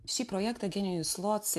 šį projektą genius loci